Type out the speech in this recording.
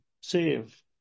save